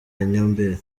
nyomberi